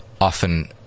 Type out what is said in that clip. often